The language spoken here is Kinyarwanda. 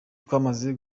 twamaze